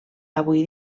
avui